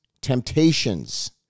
temptations